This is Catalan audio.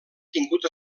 tingut